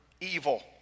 evil